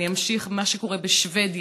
אני אמשיך במה שקורה בשבדיה,